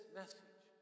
message